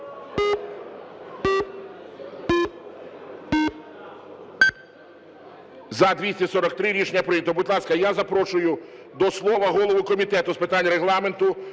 За-243 Рішення прийнято. Будь ласка, я запрошую до слова голову Комітету з питань Регламенту,